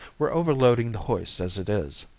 we're overloading the hoist as it is.